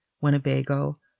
Winnebago